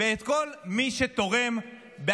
ואת כל מי שתורם בעקיפין,